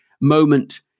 moment